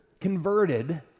converted